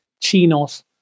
chinos